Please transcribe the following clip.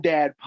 Dad